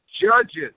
judges